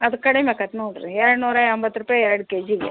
ಅದು ಕಡಿಮೆ ಆಗತ್ ನೋಡಿರಿ ಏಳ್ನೂರ ಎಂಬತ್ತು ರೂಪಾಯಿ ಎರಡು ಕೆ ಜಿಗೆ